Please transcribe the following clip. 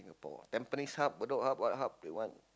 Tampines-Hub Bedok-Hub what hub you want